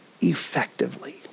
effectively